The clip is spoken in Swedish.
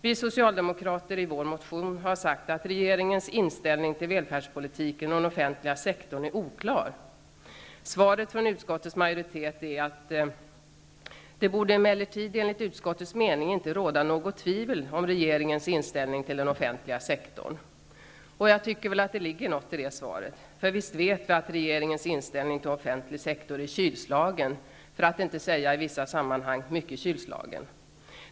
Vi socialdemokrater har i vår motion sagt att regeringens inställning till välfärdspolitiken och den offentliga sektorn är oklar. Svaret från utskottets majoritet är: ''Det torde emellertid enligt utskottets mening inte råda något tvivel om regeringens inställning till den offentliga sektorn --.'' Jag tycker att det ligger något i det svaret. För visst vet vi att regeringens inställning till offentlig sektor är kylslagen, för att inte, i vissa sammanhang, säga mycket kylslagen.